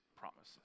promises